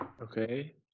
Okay